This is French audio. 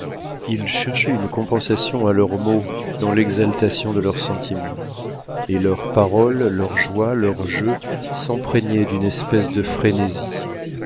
ils cherchaient une compensation à leurs maux dans l'exaltation de leurs sentiments et leurs paroles leurs joies leurs jeux s'empreignaient d'une espèce de frénésie